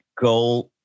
goal